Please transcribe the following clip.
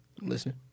Listen